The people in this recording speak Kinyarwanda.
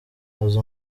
azi